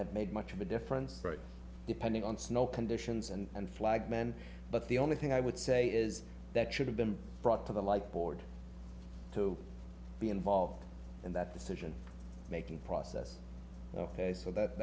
have made much of a difference depending on snow conditions and flagmen but the only thing i would say is that should have been brought to the like board to be involved in that decision making process ok so that